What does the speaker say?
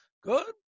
Good